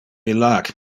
illac